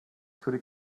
could